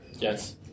Yes